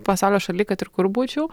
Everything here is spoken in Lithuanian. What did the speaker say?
pasaulio šaly kad ir kur būčiau